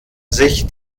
sich